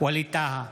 ווליד טאהא,